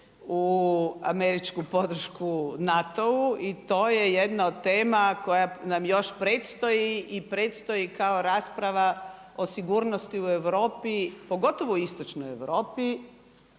u američku podršku NATO-u i to je jedna od tema koja nam još predstoji i predstoji kao rasprava o sigurnosti u Europi pogotovo u istočnoj Europi